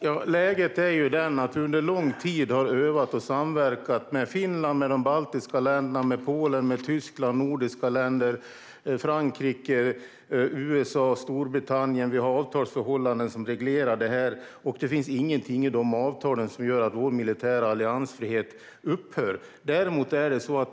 Herr talman! Läget är som så att vi under lång tid har övat och samverkat med Finland, de baltiska länderna, Polen, Tyskland, de nordiska länderna, Frankrike, USA och Storbritannien. Vi har avtalsförhållanden som reglerar detta, och det finns inget i dessa avtal som gör att vår militära alliansfrihet upphör.